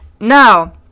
Now